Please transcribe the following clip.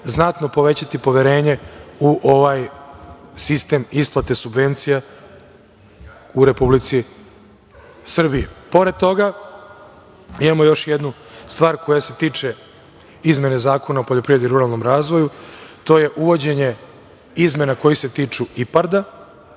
znatno povećati poverenje u ovaj sistem ispate subvencija u Republici Srbiji. Pored toga, imamo još jednu stvar koja se tiče izmene Zakona o poljoprivredi i ruralnom razvoju to je uvođenje izmena koje se tiču IPARD-a